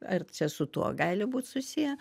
ar čia su tuo gali būt susiję